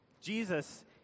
Jesus